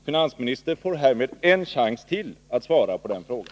Finansministern får härmed en chans till att svara på den frågan.